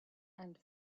and